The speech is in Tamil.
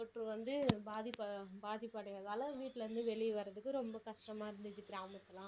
தொற்று வந்து பாதிப்பு பாதிப்பு அடையுறதால வீட்லிருந்து வெளியே வரதுக்கு ரொம்ப கஷ்டமாக இருந்துச்சு கிராமத்திலலாம்